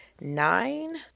nine